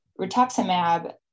Rituximab